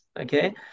okay